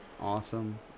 awesome